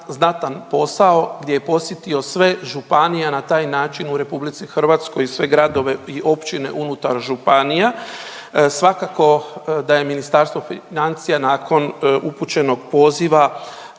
znatan posao gdje je podsjetio sve županije na taj način u Republici Hrvatskoj i sve gradove i općine unutar županija svakako da je Ministarstvo financija nakon upućenog poziva